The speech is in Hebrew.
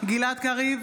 גלעד קריב,